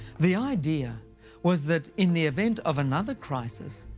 the idea was that in the event of another crisis,